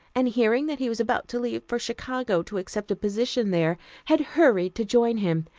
and hearing that he was about to leave for chicago to accept a position there, had hurried to join him,